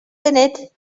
funud